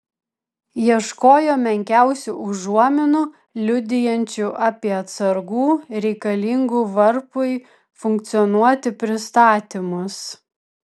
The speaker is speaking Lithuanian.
ieškojo menkiausių užuominų liudijančių apie atsargų reikalingų varpui funkcionuoti pristatymus